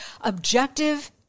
objective